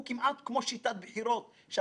קודם כול אנחנו רוצים לחלק לכם קומפלימנטים,